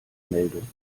meldung